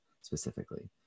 specifically